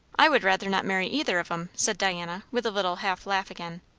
i would rather not marry either of em, said diana, with a little half laugh again.